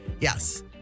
Yes